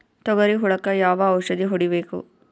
ತೊಗರಿ ಹುಳಕ ಯಾವ ಔಷಧಿ ಹೋಡಿಬೇಕು?